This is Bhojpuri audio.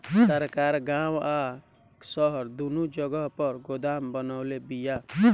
सरकार गांव आ शहर दूनो जगह पर गोदाम बनवले बिया